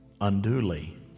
unduly